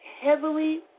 heavily